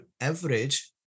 average